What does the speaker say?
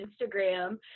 Instagram